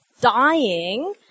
dying